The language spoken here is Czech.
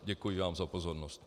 Děkuji vám za pozornost.